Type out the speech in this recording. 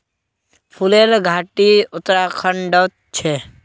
फूलेर घाटी उत्तराखंडत छे